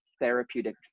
therapeutic